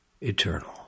eternal